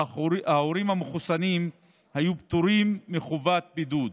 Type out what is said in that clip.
ההורים המחוסנים היו פטורים מחובת בידוד,